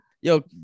Yo